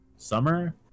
Summer